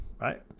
right